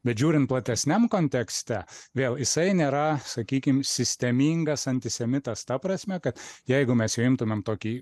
bet žiūrint platesniam kontekste vėl jisai nėra sakykim sistemingas antisemitas ta prasme kad jeigu mes jau imtumėm tokį